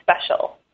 special